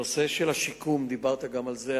בנושא של השיקום, דיברת גם על זה.